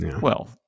Well-